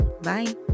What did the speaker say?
bye